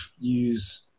use